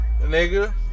nigga